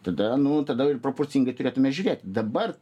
tada nu tada ir proporcingai turėtume žiūrėt dabar